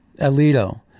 Alito